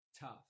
tough